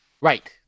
Right